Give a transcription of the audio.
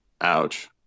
Ouch